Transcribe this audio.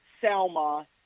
Selma